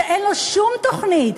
שאין לו שום תוכנית,